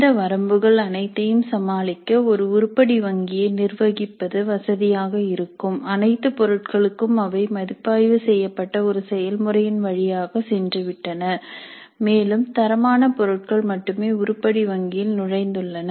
இந்த வரம்புகள் அனைத்தையும் சமாளிக்க ஒரு உருப்படி வங்கியை நிர்வகிப்பது வசதியாக இருக்கும் அனைத்து பொருட்களும் அவை மதிப்பாய்வு செய்யப்பட்ட ஒரு செயல்முறையின் வழியாக சென்றுவிட்டன மேலும் தரமான பொருட்கள் மட்டுமே உருப்படி வங்கியில் நுழைந்துள்ளன